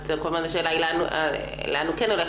אז השאלה היא לאן הוא כן הולך,